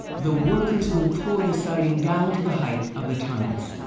the workers will pour the siding down to the height of the tunnels.